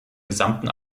gesamten